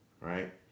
Right